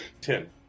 Ten